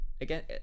again